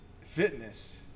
fitness